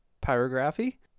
pyrography